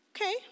okay